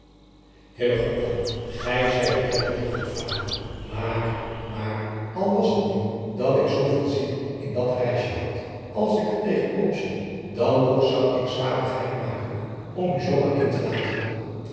gij zijt wel heel goed vader maar maar al was het nu dat ik zooveel zin in dat reisje had als ik er tegen op zie dan nog zou ik zwarigheid maken om u zoo alleen te laten